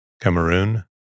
Cameroon